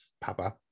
Papa